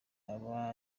aba